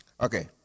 Okay